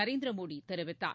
நரேந்திர மோடி தெரிவித்தார்